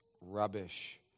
rubbish